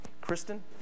Kristen